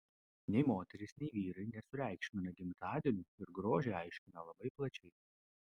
nei moterys nei vyrai nesureikšmina gimtadienių ir grožį aiškina labai plačiai